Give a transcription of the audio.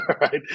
right